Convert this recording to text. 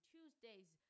Tuesday's